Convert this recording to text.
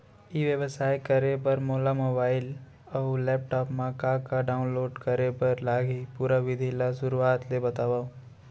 ई व्यवसाय करे बर मोला मोबाइल अऊ लैपटॉप मा का का डाऊनलोड करे बर लागही, पुरा विधि ला शुरुआत ले बतावव?